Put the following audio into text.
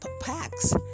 packs